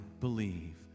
believe